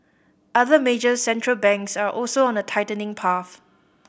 other major Central Banks are also on a tightening path